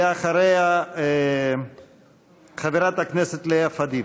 ואחריה, חברת הכנסת לאה פדידה.